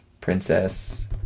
Princess